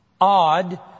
odd